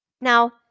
Now